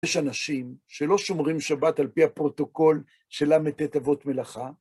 יש אנשים שלא שומרים שבת על פי הפרוטוקול של ל"ט אבות מלאכה.